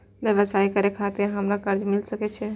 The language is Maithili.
व्यवसाय करे खातिर हमरा कर्जा मिल सके छे?